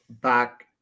back